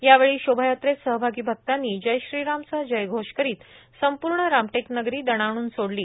यावेळी शोभायात्रेत सहभागी अक्तांनी जय श्रीरामचा जयघोष करीत संपूर्ण रामटेकनगरी दणाणून सोडली